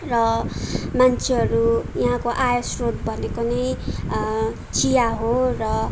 र मान्छेहरू यहाँको आय स्रोत भनेको नै चिया हो र